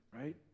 right